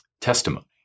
testimony